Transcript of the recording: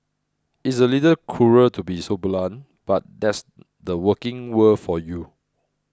it's a little cruel to be so blunt but that's the working world for you